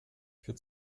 für